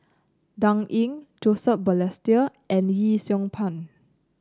Dan Ying Joseph Balestier and Yee Siew Pun